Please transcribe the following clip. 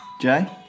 Jay